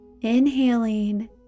inhaling